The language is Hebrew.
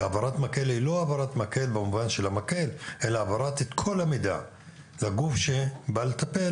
כי העברת מקל היא העברת כל המידע לגוף שבא לטפל